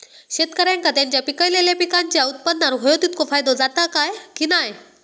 शेतकऱ्यांका त्यांचा पिकयलेल्या पीकांच्या उत्पन्नार होयो तितको फायदो जाता काय की नाय?